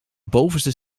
bovenste